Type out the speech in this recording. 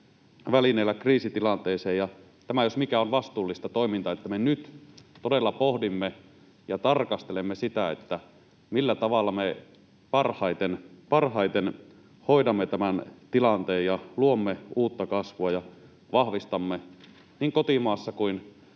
välineellä kriisitilanteeseen, ja tämä jos mikä on vastuullista toimintaa, että me nyt todella pohdimme ja tarkastelemme sitä, millä tavalla me parhaiten hoidamme tämän tilanteen ja luomme uutta kasvua ja vahvistamme niin kotimaassa kuin